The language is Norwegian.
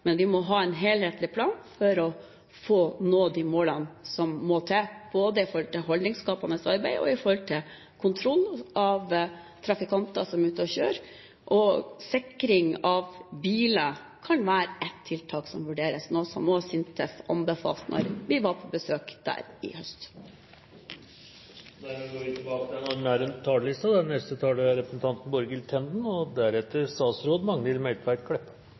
men vi må ha en helhetlig plan for å nå de målene som må til, både i forhold til holdningsskapende arbeid og i forhold til kontroll av trafikanter som er ute og kjører. Og sikring av biler kan være et tiltak som vurderes, noe som også SINTEF anbefalte da vi var på besøk der i høst. Replikkordskiftet er omme. Venstre er dessverre ikke representert i transport- og kommunikasjonskomiteen i denne perioden. Jeg ønsker derfor å redegjøre for Venstres alternative budsjett, med fokus på de områdene hvor vi